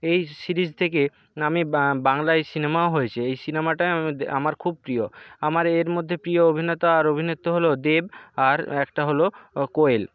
এই সিরিজ থেকে আমি বাংলায় সিনেমাও হয়েছে এই সিনেমাটা আমাদের আমার খুব প্রিয় আমার এর মধ্যে প্রিয় অভিনেতা আর অভিনেত্রী হল দেব আর একটা হল ও কোয়েল